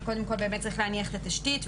אבל קודם כל צריך באמת להניח את התשתית,